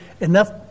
enough